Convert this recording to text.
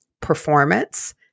performance